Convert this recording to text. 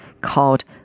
called